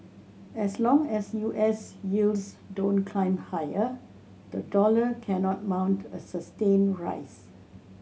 as long as U S yields don't climb higher the dollar cannot mount a sustained rise